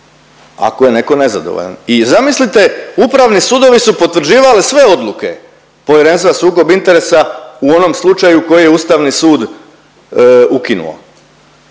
ako je neko nezadovoljan i zamislite upravni sudovi su potvrđivali sve odluke Povjerenstva za sukob interesa u onom slučaju koji je Ustavni sud ukinuo